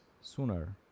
sooner